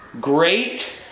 great